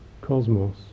cosmos